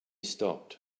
stopped